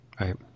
right